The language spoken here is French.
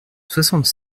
soixante